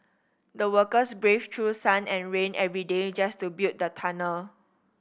the workers braved through sun and rain every day just to build the tunnel